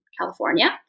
California